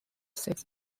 six